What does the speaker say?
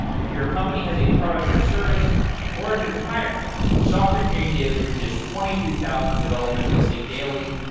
if your company has a product or a service or if you're hiring, software engineering daily reaches twenty three thousand developers listening daily.